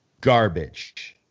garbage